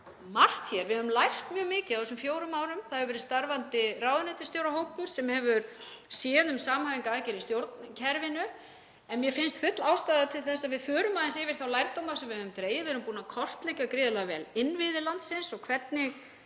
margt hér. Við höfum lært mjög mikið á þessum fjórum árum. Það hefur verið starfandi ráðuneytisstjórahópur sem hefur séð um samhæfingu aðgerða í stjórnkerfinu en mér finnst full ástæða til að við förum aðeins yfir þá lærdóma sem við höfum dregið. Við erum búin að kortleggja gríðarlega vel innviði landsins og hvernig